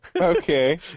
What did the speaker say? Okay